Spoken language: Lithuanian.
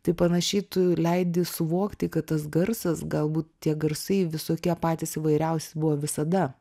tai panašiai tu leidi suvokti kad tas garsas galbūt tie garsai visokie patys įvairiausi buvo visada